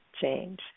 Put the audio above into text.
change